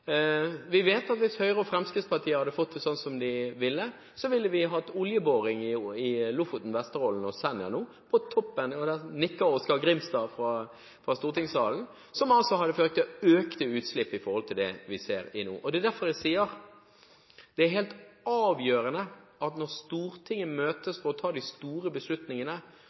Vi vet at hvis Høyre og Fremskrittspartiet hadde fått det som de ville, ville vi hatt oljeboring utenfor Lofoten, Vesterålen og Senja nå på toppen – og da nikker Oskar Grimstad fra stortingssalen – som hadde ført til økte utslipp i forhold til det vi ser i nord. Det er derfor jeg sier at når Stortinget møtes for å ta de store beslutningene,